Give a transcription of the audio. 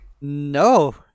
No